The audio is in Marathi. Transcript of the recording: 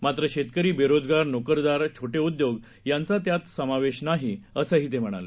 मात्रशेतकरी बेरोजगार नोकरदार छोटेउद्योगयांचात्यातसमावेशनाही असंहीतेम्हणाले